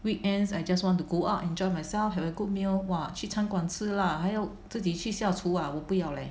weekends I just want to go out enjoy myself have a good meal !wah! 去餐馆吃 lah 还要自己去下厨啊我不要 leh